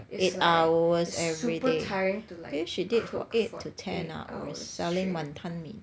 it's like super tiring to like cook for eight hours straight